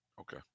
Okay